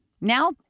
Now